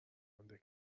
مونده